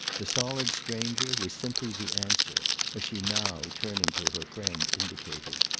the solid stranger was simply the answer as she now, turning to her friend, indicated.